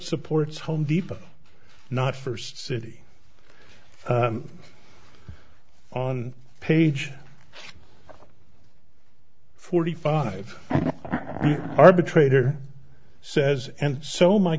supports home depot not first city on page forty five arbitrator says and so my